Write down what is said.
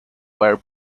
wear